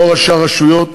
לא ראשי הרשויות